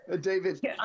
David